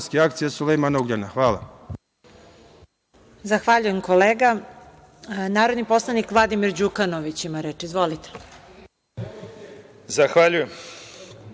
Hvala.